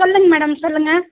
சொல்லுங்கள் மேடம் சொல்லுங்கள்